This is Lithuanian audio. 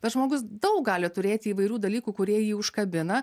bet žmogus daug gali turėti įvairių dalykų kurie jį užkabina